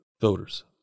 voters